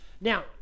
Now